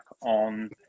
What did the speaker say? on